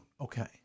Okay